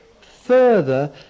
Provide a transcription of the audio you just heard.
further